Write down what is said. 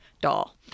doll